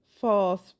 False